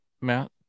Matt